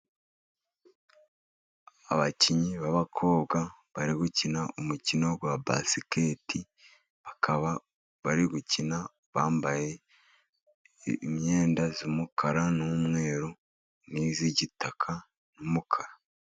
Abakinnyi b'abakobwa bari gukina umukino wa basiketi. Bakaba bari gukina bambaye imyenda y'umukara n'umweru n'iy'igitaka n'umukara.